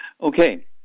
Okay